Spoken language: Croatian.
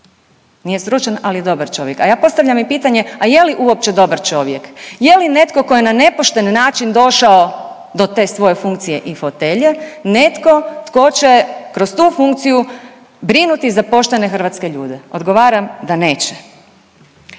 Nije stručan, ali je dobar čovjek. A ja postavljam i pitanje, a je li uopće dobar čovjek? Je li netko tko je na nepošten način došao do te svoje funkcije i fotelje netko tko će kroz tu funkciju brinuti za poštene hrvatske ljude? Odgovaram da neće.